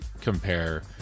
compare